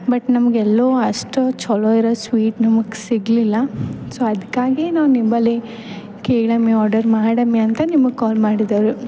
but ನಮ್ಗೆ ಎಲ್ಲೂ ಅಷ್ಟು ಛಲೋ ಇರೋ ಸ್ವೀಟ್ ನಮ್ಗೆ ಸಿಗಲಿಲ್ಲ ಸೊ ಅದಕ್ಕಾಗಿ ನಾವು ನಿಂಬಲ್ಲಿ ಕೇಳಮ್ಮಿ ಆರ್ಡರ್ ಮಾಡಮ್ಮಿ ಅಂತ ನಿಮಗೆ ಕಾಲ್ ಮಾಡಿದರು